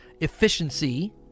efficiency